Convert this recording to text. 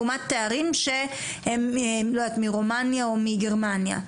לעומת תארים שהם מרומניה או מגרמניה?